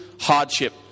hardship